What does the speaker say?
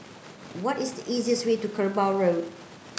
what is the easiest way to Kerbau Road